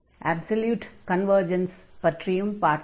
absolute convergence பற்றியும் பார்த்தோம்